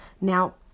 Now